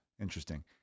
interesting